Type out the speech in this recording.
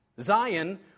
Zion